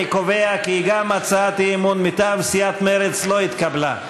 אני קובע כי גם הצעת האי-אמון מטעם סיעת מרצ לא התקבלה.